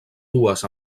dues